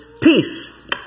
peace